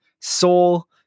Soul